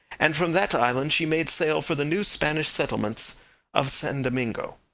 and from that island she made sail for the new spanish settlements of san domingo.